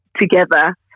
together